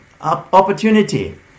opportunity